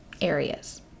areas